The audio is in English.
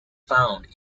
found